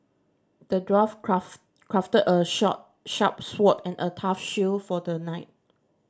the dwarf craft crafted a short sharp sword and a tough shield for the knight